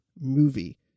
movie